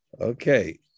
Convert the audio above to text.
okay